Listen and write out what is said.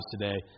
today